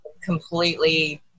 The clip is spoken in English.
completely